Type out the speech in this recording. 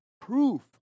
proof